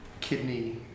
kidney